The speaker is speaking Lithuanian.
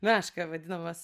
meška vadinamas